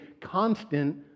constant